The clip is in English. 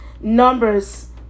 Numbers